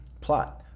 plot